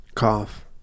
cough